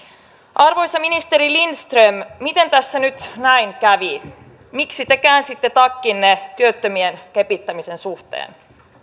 arvoisa ministeri lindström miten tässä nyt näin kävi miksi te käänsitte takkinne työttömien kepittämisen suhteen